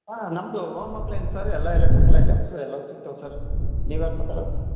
ಹಾಂ ನಮ್ಮದು home appliances sir ಎಲ್ಲಾ ಎಲೆಕ್ಟ್ರಿಕಲ್ ಐಟಮ್ಸ್ ಎಲ್ಲವು ಸಿಕ್ತವು ಸರ್ ನೀವು ಯಾರು ಮಾತಾಡದು